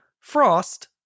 Frost